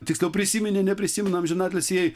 tiksliau prisiminė neprisimena amžiną atilsį jai